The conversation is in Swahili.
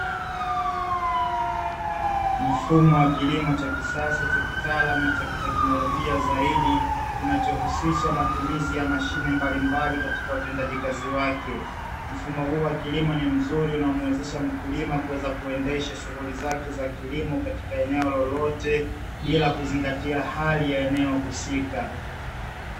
Mfumo wa kilimo cha kisasa na kitaalamu na kiteknolojia zaidi, kinachohusisha matumizi ya mashine mbalimbali katika utendaji kazi wake. Mfumo huu wa kilimo ni mzuri unamuwezesha mkulima kuweza kuendesha shughuli za kilimo katika eneo lolote bila kuzingatia hali ya eneo husika.